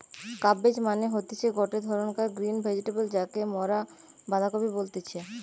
cabbage মানে হতিছে গটে ধরণকার গ্রিন ভেজিটেবল যাকে মরা বাঁধাকপি বলতেছি